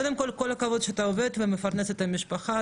קודם כל כל-הכבוד שאתה עובד ומפרנס את המשפחה,